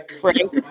Frank